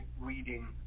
reading